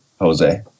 Jose